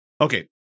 okay